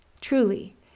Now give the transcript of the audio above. truly